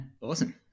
Awesome